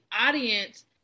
audience